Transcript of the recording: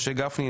משה גפני,